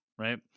right